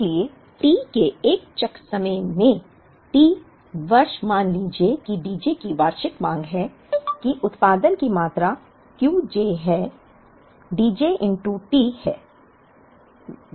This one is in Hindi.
इसलिए T के एक चक्र समय में T वर्ष मान लीजिए कि D j की वार्षिक मांग है कि उत्पादन की मात्रा Q j है D j T है